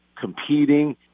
competing